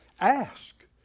ask